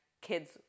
kids